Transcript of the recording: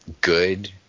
good